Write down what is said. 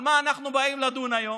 על מה אנחנו באים לדון היום?